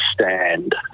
stand